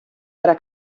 era